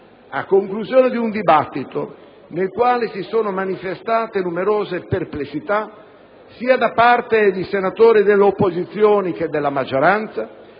A conclusione di un dibattito nel quale si sono manifestate numerose perplessità, sia da parte di senatori dell'opposizione che della maggioranza,